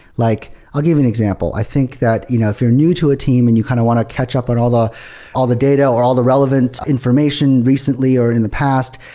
like i'll give you an example. i think that you know if you're new to a team and you kind of want to catch up on all the all the data, or all the relevant information recently or in the past,